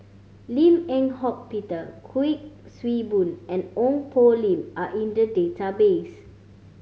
Lim Eng Hock Peter Kuik Swee Boon and Ong Poh Lim are in the database